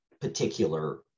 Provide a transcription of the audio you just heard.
particular